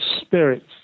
spirits